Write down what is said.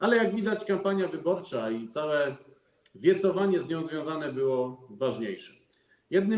Ale jak widać, kampania wyborcza i całe wiecowanie z nią związane było ważniejsze.